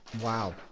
wow